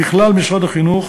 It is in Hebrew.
ככלל, משרד החינוך